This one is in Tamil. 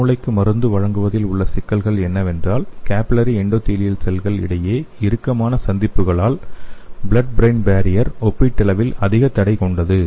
மூளைக்கு மருந்து வழங்குவதில் உள்ள சிக்கல்கள் என்னவென்றால் கேப்பிலரி எண்டோடெலியல் செல்கள் இடையே இறுக்கமான சந்திப்புகளால் ப்ளட் ப்ரெயின் பேரியர் ஒப்பீட்டளவில் அதிக தடை கொண்டது